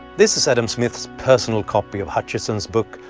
this is adam smith's personal copy of hutcheson's book,